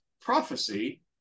prophecy